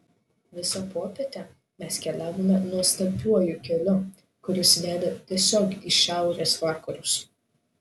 visą popietę mes keliavome nuostabiuoju keliu kuris vedė tiesiog į šiaurės vakarus